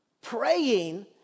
praying